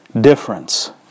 difference